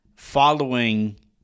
following